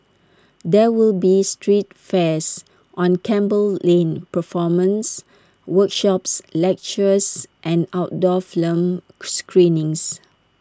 there will be street fairs on Campbell lane performances workshops lectures and outdoor film screenings